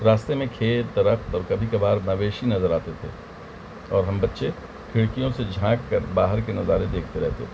راستے میں کھیت درخت اور کبھی کبھار مویشی نظر آتے تھے اور ہم بچے کھڑکیوں سے جھانک کر باہر کے نظارے دیکھتے رہتے تھے